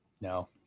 No